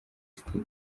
studio